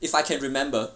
if I can remember